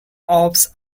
offs